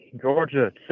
Georgia